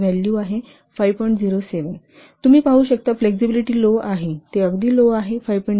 07 value आहे तुम्ही पाहू शकता फ्लेक्सिबिलिटी लो आहे ते अगदी लो आहे 5